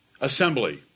assembly